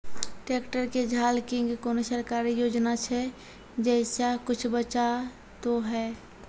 Tractor के झाल किंग कोनो सरकारी योजना छ जैसा कुछ बचा तो है ते?